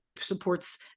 supports